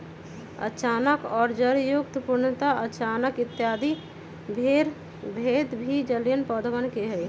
अचानक और जड़युक्त, पूर्णतः अचानक इत्यादि भेद भी जलीय पौधवा के हई